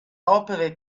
opere